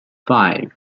five